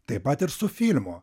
taip pat ir su filmu